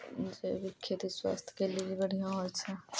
जैविक खेती स्वास्थ्य के लेली बढ़िया होय छै